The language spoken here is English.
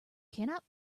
cannot